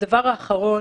והדבר האחרון,